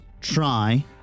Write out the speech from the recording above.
try